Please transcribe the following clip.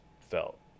felt